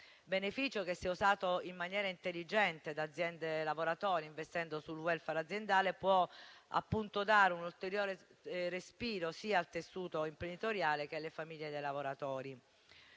beneficio che, se usato in maniera intelligente da aziende e lavoratori, investendo sul *welfare* aziendale, può dare un ulteriore respiro sia al tessuto imprenditoriale sia alle famiglie dei lavoratori.